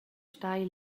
stai